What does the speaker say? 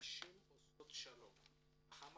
נחמה